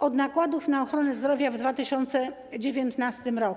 od nakładów na ochronę zdrowia w 2019 r.